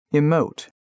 emote